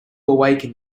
awaken